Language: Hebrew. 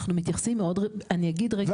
אנחנו מתייחסים, אני אגיד רגע.